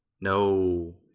No